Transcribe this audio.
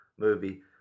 movie